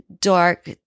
dark